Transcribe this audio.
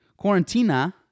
quarantina